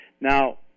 Now